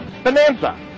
bonanza